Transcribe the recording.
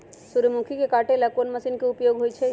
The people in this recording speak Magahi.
सूर्यमुखी के काटे ला कोंन मशीन के उपयोग होई छइ?